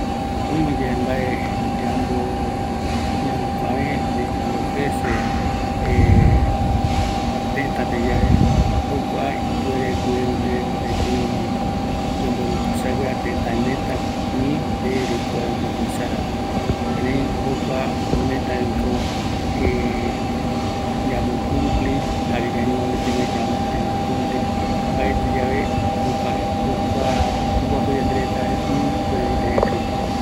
Oïme yave mbae ñaröküävë, jare ñanekïrei mbae ñame, jaeko oyata yandere tëtäräreta, erei ñamëetëtako, mbaetɨ yave jaeko opata oyerova ye ndeguiva, jae kua jepɨ yandeapu yave tëtärä retape